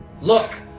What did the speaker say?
Look